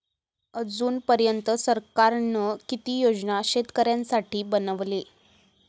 अजून पर्यंत सरकारान किती योजना शेतकऱ्यांसाठी बनवले?